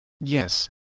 Yes